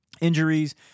injuries